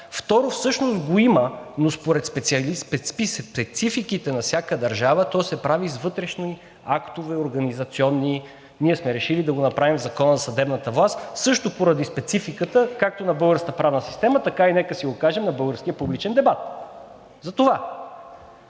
Второ, всъщност го има, но според спецификите на всяка държава то се прави с вътрешни организационни актове. Ние сме решили да го направим в Закона за съдебната власт, също поради спецификата както на българската правна система, така и, нека си го кажем, на българския публичен дебат. Затова!